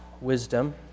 wisdom